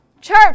Church